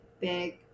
big